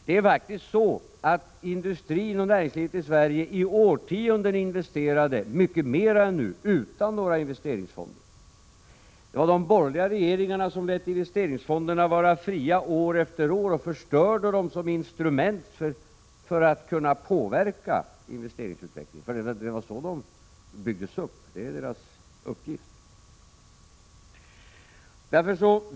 Det är faktiskt så att industrin och näringslivet i Sverige i årtionden investerat mycket mera än nu utan några investeringsfonder. De borgerliga regeringarna lät investeringsfonderna vara fria år efter år och förstörde dem som instrument för att påverka investeringsutvecklingen, vilket är deras uppgift. Det var därför de byggdes upp.